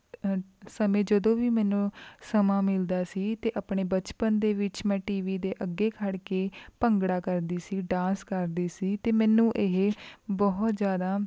ਸਮੇਂ ਜਦੋਂ ਵੀ ਮੈਨੂੰ ਸਮਾਂ ਮਿਲਦਾ ਸੀ ਅਤੇ ਆਪਣੇ ਬਚਪਨ ਦੇ ਵਿੱਚ ਮੈਂ ਟੀ ਵੀ ਦੇ ਅੱਗੇ ਖੜ੍ਹ ਕੇ ਭੰਗੜਾ ਕਰਦੀ ਸੀ ਡਾਂਸ ਕਰਦੀ ਸੀ ਅਤੇ ਮੈਨੂੰ ਇਹ ਬਹੁਤ ਜ਼ਿਆਦਾ